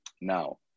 Now